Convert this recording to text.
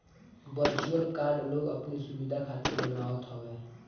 virtual card लोग अपनी सुविधा खातिर बनवावत हवे